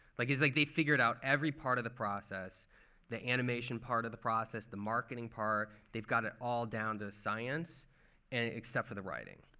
like he's like, they figured out every part of the process the animation part of the process, the marketing part. they've got it all down to a science except for the writing.